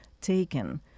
taken